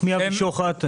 שמי אבי שוחט.